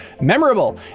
memorable